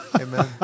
Amen